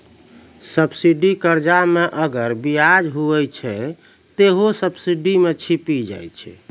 subsidy कर्जा मे अगर बियाज हुवै छै ते हौ सब्सिडी मे छिपी जाय छै